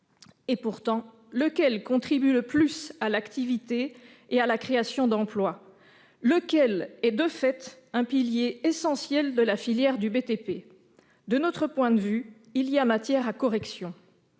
pourtant, contribue le plus à l'activité et à la création d'emplois ? Qui est, de fait, un pilier essentiel de la filière du BTP ? De notre point de vue, il y a matière à correction.